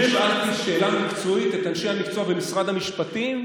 אני שאלתי שאלה מקצועית את אנשי משרד המשפטים,